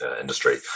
industry